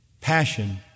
passion